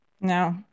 No